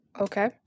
Okay